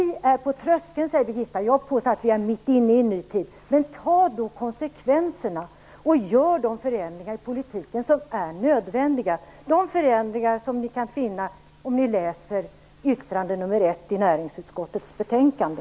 Vi är på tröskeln, säger Birgitta Johansson. Jag påstår att vi är mitt inne i en ny tid. Men ta då konsekvenserna och gör de förändringar i politiken som är nödvändiga, de förändringar som man kan finna om man läser yttrande nr 1 i näringsutskottets betänkande.